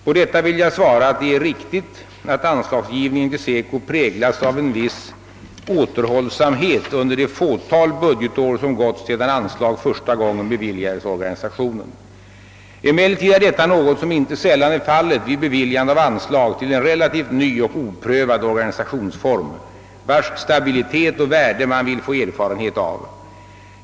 — På detta vill jag svara, att det är riktigt att anslagsgivningen till SECO präglats av en viss återhållsamhet under det fåtal budgetår som gått sedan anslag första gången beviljades organisationen. Emellertid är detta något som inte sällan är fallet vid beviljande av anslag till en relativt ny och oprövad organisationsform, vars stabilitet och värde man vill få erfarenhet av.